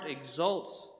exalts